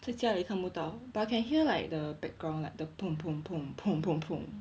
在家里看不到 but can hear like the background like the